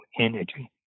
energy